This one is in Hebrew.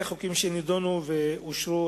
אלה החוקים שנדונו ואושרו,